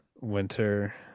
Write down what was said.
winter